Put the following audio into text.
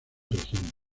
región